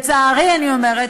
לצערי אני אומרת,